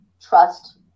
trust